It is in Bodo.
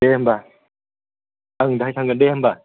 दे होनबा आं दाहाय थांगोन दे होनबा